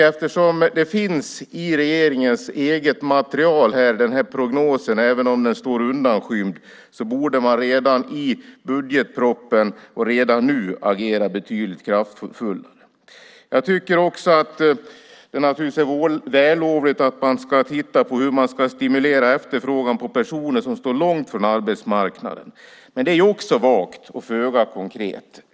Eftersom prognosen finns i regeringens eget material, även om den står undanskymd, borde man redan i budgetpropositionen och redan nu agera betydligt kraftfullare. Jag tycker naturligtvis också att det är vällovligt att man ska titta på hur man ska stimulera efterfrågan på personer som står långt från arbetsmarknaden. Men det är också vagt och föga konkret.